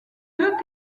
deux